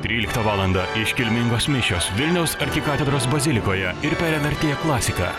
tryliktą valandą iškilmingos mišios vilniaus arkikatedros bazilikoje ir per lrt klasiką